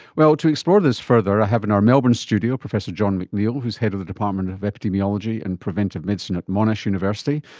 well, to explore this further i have in our melbourne studio professor john mcneil who is head of the department of epidemiology and preventive medicine at monash university.